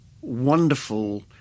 wonderful